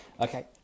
okay